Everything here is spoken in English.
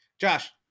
Josh